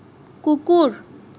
কুকুর